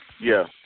Yes